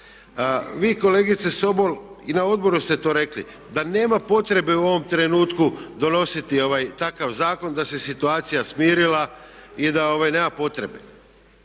Vi kolegice Sobol i na odboru ste to rekli, da nema potrebe u ovom trenutku donositi takav zakon, da se situacija smirila i da nema potrebe.